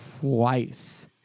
twice